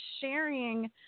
sharing